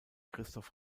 christoph